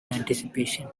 anticipation